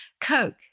Coke